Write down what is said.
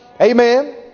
Amen